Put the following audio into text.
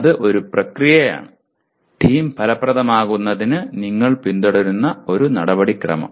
അത് ഒരു പ്രക്രിയയാണ് ടീം ഫലപ്രദമാകുന്നതിന് നിങ്ങൾ പിന്തുടരുന്ന ഒരു നടപടിക്രമം